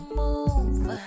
move